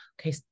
okay